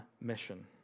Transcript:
mission